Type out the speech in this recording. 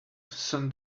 send